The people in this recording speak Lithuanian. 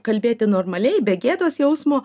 kalbėti normaliai be gėdos jausmo